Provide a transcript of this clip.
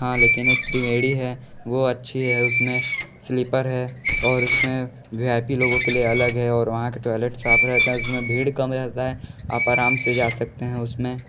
हाँ लेकिन एक त्रिवेणी है वो अच्छी है उसमें स्लीपर है और उसमें वी आई पी लोगों के लिए अलग है और वहाँ के टॉयलेट साफ़ रहता है उसमें भीड़ कम रहता है आप आराम से जा सकते हैं उसमें